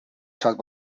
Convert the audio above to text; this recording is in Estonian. saad